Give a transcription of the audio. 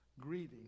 greeting